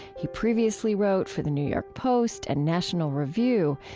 he previously wrote for the new york post and national review.